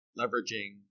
leveraging